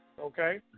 Okay